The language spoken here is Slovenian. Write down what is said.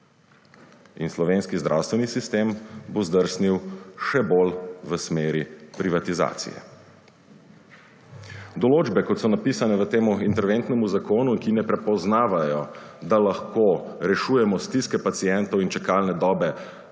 In slovenski zdravstveni sistem bo zdrsnil še bolj v smeri privatizacije. Določbe kot so napisane v tem interventnemu zakonu, ki ne prepoznavajo, da lahko rešujemo stiske pacientov in čakalne dobe